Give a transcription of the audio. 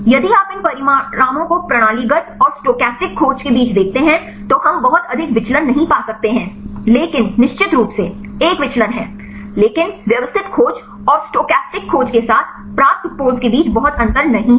यदि आप इन परिणामों को प्रणालीगत और स्टोकेस्टिक खोज के बीच देखते हैं तो हम बहुत अधिक विचलन नहीं पा सकते हैं लेकिन निश्चित रूप से एक विचलन है लेकिन व्यवस्थित खोज और स्टोकेस्टिक खोज के साथ प्राप्त पोज़ के बीच बहुत अंतर नहीं है